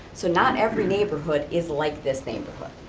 so not every neighborhood is like this neighborhood.